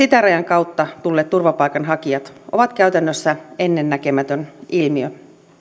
itärajan kautta tulleet turvapaikanhakijat ovat käytännössä ennennäkemätön ilmiö